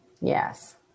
yes